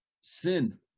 sin